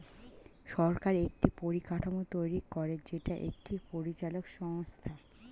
সরকার একটি পরিকাঠামো তৈরী করে যেটা একটি পরিচালক সংস্থা